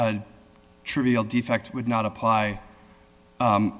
a trivial defect would not apply